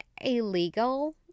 illegal